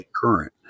current